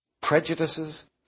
prejudices